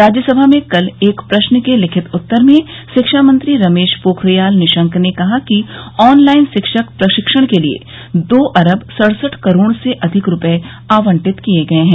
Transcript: राज्यसभा में कल एक प्रश्न के लिखित उत्तर में शिक्षा मंत्री रमेश पोखरियाल निशंक ने कहा कि ऑनलाइन शिक्षक प्रशिक्षण के लिए दो अरब सड़सठ करोड़ से अधिक रुपये आबंटित किये गये है